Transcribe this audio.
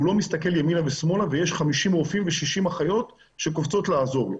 הוא לא מסתכל ימינה ושמאלה ויש 50 רופאים ו-60 אחיות שקופצות לעזור לו.